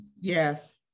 yes